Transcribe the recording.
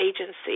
agency